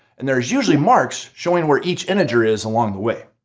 and there's usually marks showing where each integer is along the way.